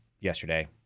yesterday